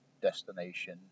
destination